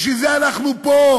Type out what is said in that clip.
בשביל זה אנחנו פה,